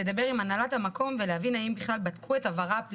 לדבר עם הנהלת המקום ולהבין האם בכלל בדקו את עברה.